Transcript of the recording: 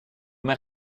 mère